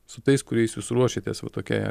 su tais kuriais jūs ruošiatės va tokiai